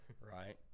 right